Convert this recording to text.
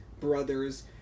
brothers